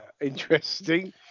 interesting